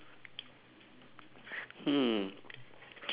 hmm